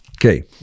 Okay